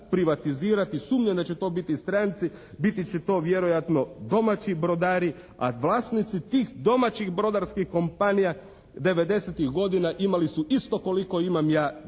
Sumnjam da će to biti stranci. Biti će to vjerojatno domaći brodari, a vlasnici tih domaćih brodarskih kompanija '90.-ih godina imali su isto koliko imam ja danas